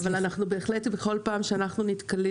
אבל אנחנו בהחלט בכל פעם שאנחנו נתקלים